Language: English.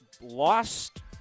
lost